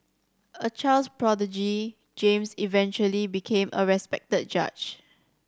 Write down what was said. a child's prodigy James eventually became a respected judge